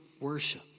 worship